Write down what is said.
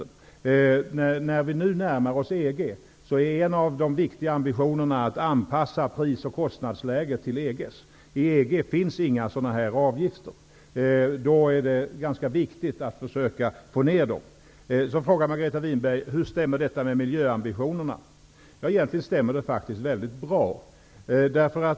När vi nu närmar oss EG är en av de viktiga ambitionerna att anpassa pris och kostnadsläget till EG:s. Inom EG finns inte några sådana avgifter. Därför är det ganska viktigt att försöka minska dessa avgifter. Sedan frågade Margareta Winberg hur detta stämmer med miljöambitionerna. Egentligen stämmer det mycket bra.